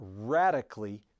radically